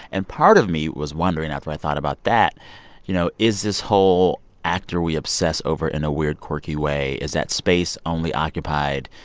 and part of me was wondering, after i thought about that you know, is this whole actor we obsess over in a weird quirky way is that space only occupied,